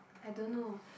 I don't know